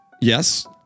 yes